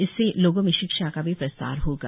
इससे लोगों में शिक्षा का भी प्रसार होगा